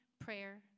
prayer